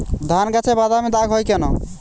ধানগাছে বাদামী দাগ হয় কেন?